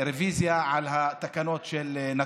ברוויזיה על התקנות של נתב"ג.